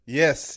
yes